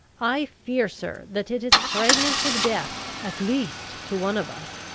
i fear, sir, that it is pregnant with death at least to one of us,